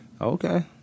Okay